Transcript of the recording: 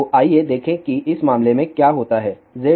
तो आइए देखें कि इस मामले में क्या होता है ZL